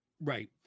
right